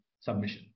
submission